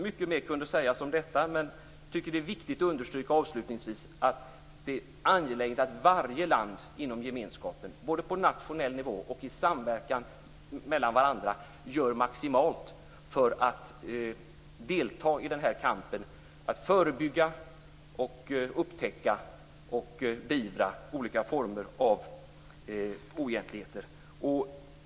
Mycket mer kunde sägas om detta, men jag tycker att det är viktigt att avslutningsvis understryka att det är angeläget att varje land inom gemenskapen, både på nationell nivå och i samverkan med varandra, gör maximalt för att delta i kampen för att förebygga, upptäcka och beivra olika former av oegentligheter.